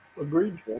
Agreed